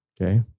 Okay